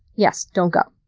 yes, don't go.